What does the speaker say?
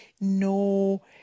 no